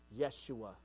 Yeshua